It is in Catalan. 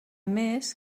més